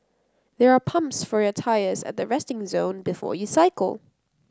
there are pumps for your tyres at the resting zone before you cycle